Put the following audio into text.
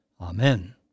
Amen